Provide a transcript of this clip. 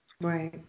Right